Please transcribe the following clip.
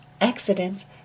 accidents